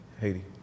Haiti